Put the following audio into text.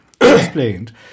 Explained